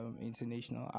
international